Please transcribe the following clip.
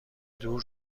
دور